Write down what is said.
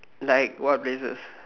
like what places